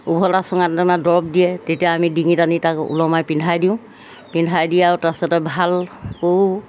ওভলটা চুঙাত তাৰমানে দৰব দিয়ে তেতিয়া আমি ডিঙিত আনি তাক ওলমাই পিন্ধাই দিওঁ পিন্ধাই দিয়া আৰু তাৰপাছতে ভাল কৰোঁ